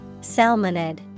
Salmonid